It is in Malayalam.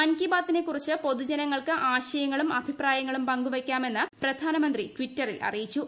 മൻ കി ബാതിനെ കുറിച്ച് പൊതുജനങ്ങൾക്ക് ആൾയങ്ങളും ്അഭിപ്രായങ്ങളും പങ്കുവയ്ക്കാമെന്ന് പ്രധാനമന്ത്രി ട്ടിറ്ററിൽ അറിയിച്ചു